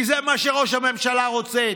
כי זה מה שראש הממשלה רוצה,